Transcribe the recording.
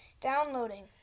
downloading